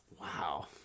Wow